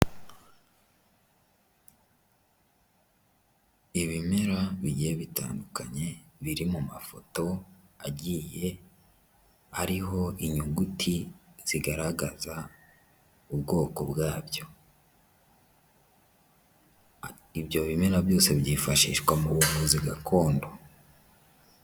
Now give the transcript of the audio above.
Ibimera bigiye bitandukanye biri mu mafoto agiye ariho inyuguti zigaragaza ubwoko bwabyo, ibyo bimera byose byifashishwa mu buvuzi gakondo.